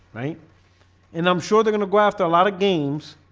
right and i'm sure they're gonna go after a lot of games,